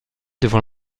devant